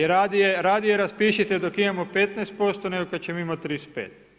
Radije raspišite dok imamo 15%, nego kad ćemo imati 35.